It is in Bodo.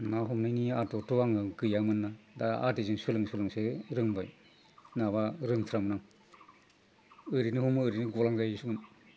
ना हमनायनि आदोतथ' आङो गैयामोन दा आदैजों सोलों सोलोंसो रोंबाय नङाबा रोंथारामोन आं ओरैनो हमो ओरैनो गलांगायोसोमोन